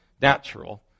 natural